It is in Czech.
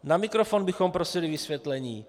Na mikrofon bychom prosili vysvětlení.